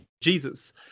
Jesus